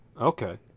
Okay